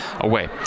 away